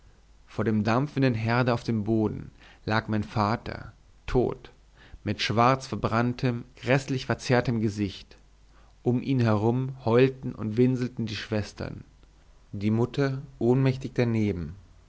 vor dem dampfenden herde auf dem boden lag mein vater tot mit schwarz verbranntem gräßlich verzerrtem gesicht um ihn herum heulten und winselten die schwestern die mutter ohnmächtig daneben